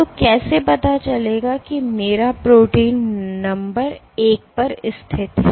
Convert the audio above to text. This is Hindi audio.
तो कैसे पता चलेगा कि मेरा प्रोटीन नंबर एक पर स्थित है